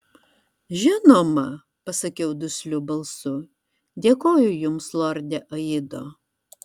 žinoma pasakiau dusliu balsu dėkoju jums lorde aido